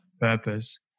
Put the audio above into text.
purpose